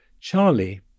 Charlie